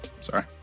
Sorry